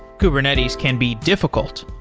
kubernetes can be difficult.